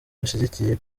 bashyigikiye